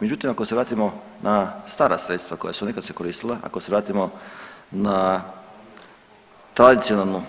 Međutim, ako se vratimo na stara sredstva koja su nekada se koristila, ako se vratimo na tradicionalnu